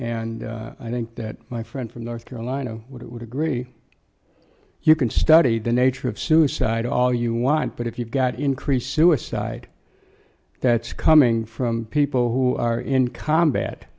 and i think that my friend from north carolina would it would agree you can study the nature of suicide all you want but if you've got increasing a side that's coming from people who are in combat